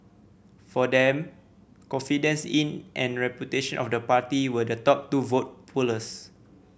for them confidence in and reputation of the party were the top two vote pullers